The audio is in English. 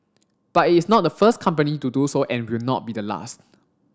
but it is not the first company to do so and will not be the last